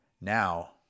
Now